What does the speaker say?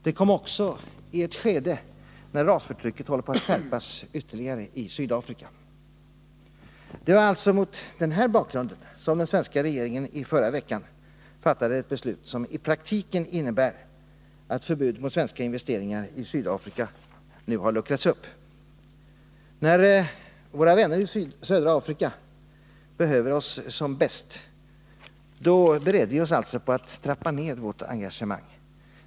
Det kom också i ett skede när rasförtrycket ytterligare skärps i Sydafrika. Det var alltså mot denna bakgrund som den svenska regeringen i förra veckan fattade ett beslut som i praktiken innebär att förbudet mot svenska investeringar i Sydafrika nu har luckrats upp. När våra vänner i södra Afrika behöver oss som bäst, bereder vi oss på att trappa ner vårt engagemang.